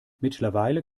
mittlerweile